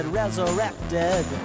resurrected